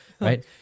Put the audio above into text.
Right